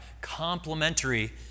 complementary